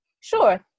Sure